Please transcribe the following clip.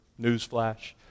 Newsflash